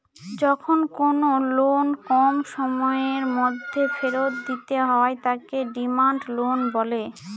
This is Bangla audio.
যখন কোনো লোন কম সময়ের মধ্যে ফেরত দিতে হয় তাকে ডিমান্ড লোন বলে